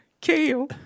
Kale